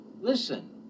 Listen